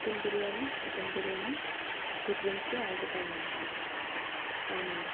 chicken biryani mutton biryani two drinks order కావలి అవును అండి